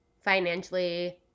financially